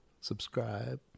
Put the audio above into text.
subscribe